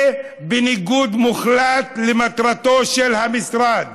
זה בניגוד מוחלט למטרתו של המשרד,